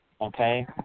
Okay